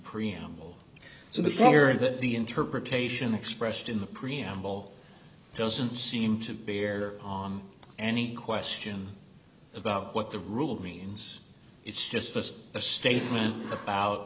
because that the interpretation expressed in the preamble doesn't seem to bear on any question about what the rule means it's just a statement about